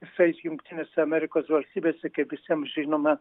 jisai jungtinėse amerikos valstybėse kaip visiem žinoma